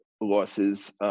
losses